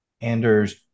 Ander's